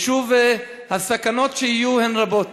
ושוב הסכנות שיהיו הן רבות.